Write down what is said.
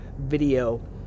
video